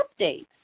updates